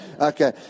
okay